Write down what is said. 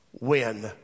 win